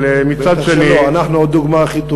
אבל מצד שני, בטח שלא, אנחנו הדוגמה הכי טובה.